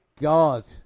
god